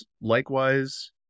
likewise